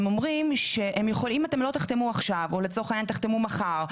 הם אומרים 'אם לא תחתמו עכשיו' או לצורך העניין 'תחתמו מחר',